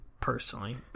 personally